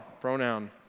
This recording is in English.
pronoun